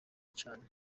cyane